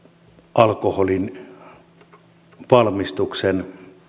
alkoholin valmistuksen